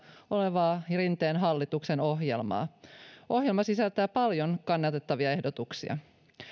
olevaa rinteen hallituksen ohjelmaa ohjelma sisältää paljon kannatettavia ehdotuksia